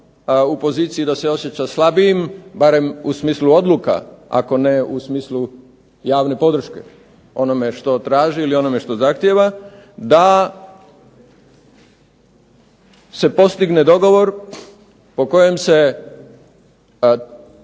u poziciji da se osjeća slabijim, barem u smislu odluka ako ne u smislu javne podrške, onome što traži ili onome što zahtjeva da se postigne dogovor o kojem se